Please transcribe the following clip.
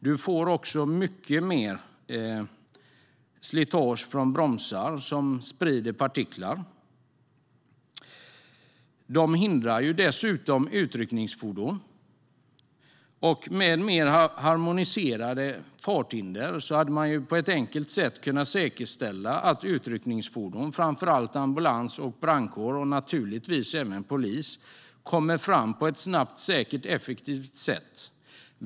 Man får mycket mer slitage från bromsar, som sprider partiklar. Vägbulorna hindrar dessutom utryckningsfordon. Med mer harmoniserade farthinder hade man på ett enkelt sätt kunnat säkerställa att utryckningsfordon, framför allt ambulans och brandkår och naturligtvis även polis, kommer fram på ett snabbt, säkert och effektivt sätt.